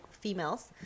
females